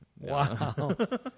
wow